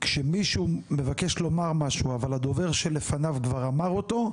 כשמישהו מבקש לומר משהו אבל הדובר שלפניו כבר אמר אותו,